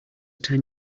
ten